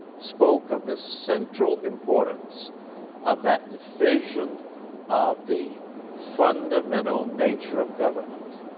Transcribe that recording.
spoke of the central importance of that division of the fundamental nature of government.